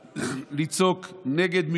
לצעוק נגד הפרדה,